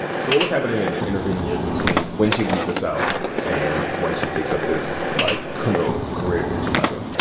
so what was happening in the intervening years between when she leaves the south and when she takes up this, like, criminal career in chicago?